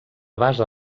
base